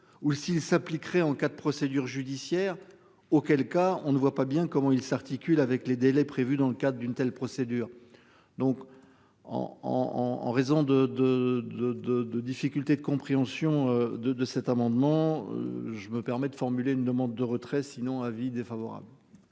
ou s'il s'appliquerait en cas de procédure judiciaire. Auquel cas, on ne voit pas bien comment il s'articule avec les délais prévus dans le cadre d'une telle procédure donc. En en en en raison de de de de de difficultés de compréhension de de cet amendement. Je me permets de formuler une demande de retrait sinon avis défavorable.